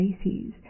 species